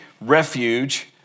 refuge